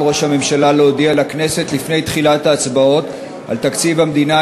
על ראש הממשלה להודיע לכנסת לפני תחילת ההצבעות על תקציב המדינה,